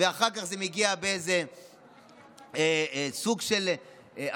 ואחר כך זה מגיע בסוג של הסכמה